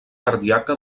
ardiaca